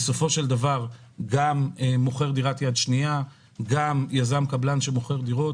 גם מוכר דירת יד שנייה וגם יזם/קבלן שמוכר דירות,